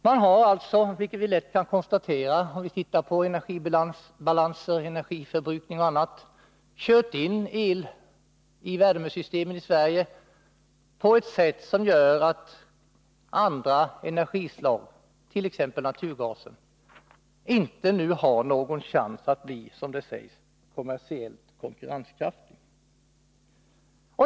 Man har — vilket vi lätt kan konstatera, om vi tittar på energibalanser, energiförbrukning och annat — kört in el i värmesystemet i Sverige på ett sätt som gör att andra energislag, t.ex. naturgasen, nu inte har någon chans att bli, som det sägs, kommersiellt konkurrenskraftiga.